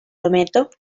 dometo